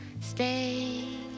stay